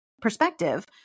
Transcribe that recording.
perspective